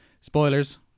spoilers